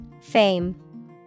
Fame